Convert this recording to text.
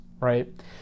right